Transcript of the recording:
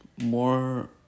more